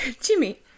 Jimmy